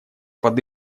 под